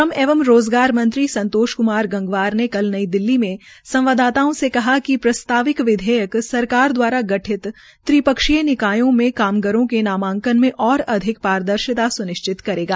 श्रम एवं रोज़गार संतोष क्मार गंगवार ने कल नई दिल्ली में संवाददाताओं से कहा कि प्रस्ताविक विधेयक सरकार द्वारा गठित त्रिपक्षीय निकायों में कामगारों के नामांकन में औ अधिक पारदर्शिता स्निश्चित करेगा